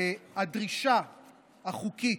הדרישה החוקית,